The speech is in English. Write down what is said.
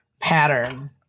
pattern